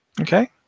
okay